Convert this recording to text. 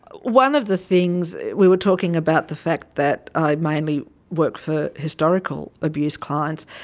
one of the things, we were talking about the fact that i mainly work for historical abuse clients,